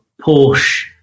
Porsche